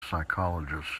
psychologist